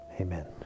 Amen